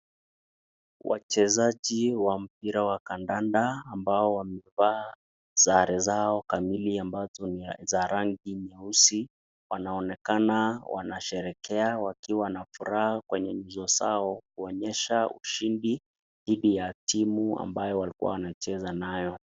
Wachezaji wa mpira wa kandanda ambao wamevaa sare zao kamili ambazo ni za rangi nyeusi, wanaonekana wanasherekea wakiwa na furaha kwenye nyuso zao, kuonyesha ushindi dhidi ya timu ambayo walikuwa wanacheza nayo.